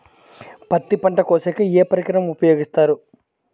పత్తి పంట కోసేకి ఏ పరికరం ఉపయోగిస్తారు?